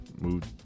moved